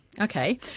Okay